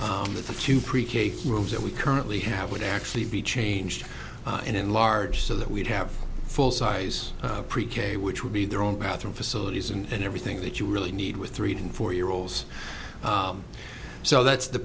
with the two pre k rooms that we currently have would actually be changed and enlarge so that we'd have full size pre k which would be their own bathroom facilities and everything that you really need with three to four year olds so that's the